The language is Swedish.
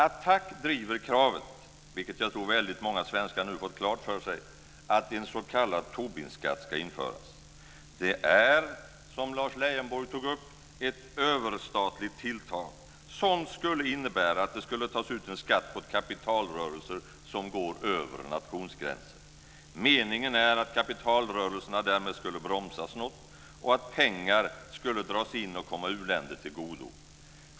ATTAC driver kravet, vilket jag tror väldigt många svenskar nu fått klart för sig, att en s.k. Tobinskatt ska införas. Det är, som Lars Leijonborg tog upp, ett överstatligt tilltag, som skulle innebära att det skulle tas ut en skatt på kapitalrörelser som går över nationsgränser. Meningen är att kapitalrörelserna därmed skulle bromsas något och att pengar skulle dras in och komma u-länder till godo.